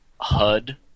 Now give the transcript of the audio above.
HUD